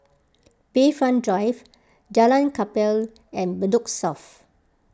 Bayfront Drive Jalan Kapal and Bedok South